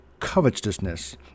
covetousness